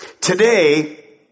Today